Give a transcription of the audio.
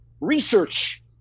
research